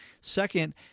Second